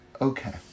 Okay